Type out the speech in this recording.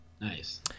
nice